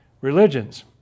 religions